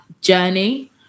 journey